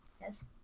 yes